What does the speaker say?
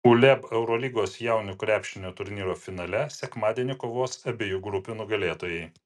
uleb eurolygos jaunių krepšinio turnyro finale sekmadienį kovos abiejų grupių nugalėtojai